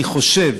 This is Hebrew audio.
אני חושב,